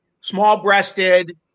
small-breasted